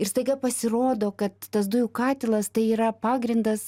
ir staiga pasirodo kad tas dujų katilas tai yra pagrindas